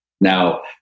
Now